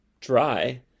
dry